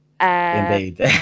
Indeed